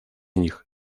них